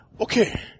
Okay